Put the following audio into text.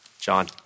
John